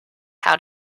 how